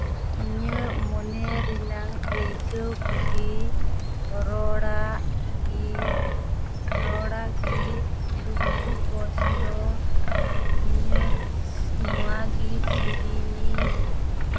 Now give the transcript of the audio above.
ᱤᱧᱟᱹᱜ ᱢᱚᱱᱮ ᱨᱮᱱᱟᱝ ᱟᱹᱭᱠᱟᱹᱣ ᱠᱚᱜᱮ ᱨᱚᱲᱟᱜ ᱜᱮ ᱨᱚᱲᱟᱜ ᱜᱮ ᱫᱩᱠᱠᱷᱚ ᱠᱚᱥᱴᱚ ᱤᱧᱟᱹᱜ ᱱᱚᱣᱟᱜᱮ ᱥᱤᱨᱤᱧᱤᱧ